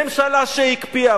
ממשלה שהקפיאה.